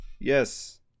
yes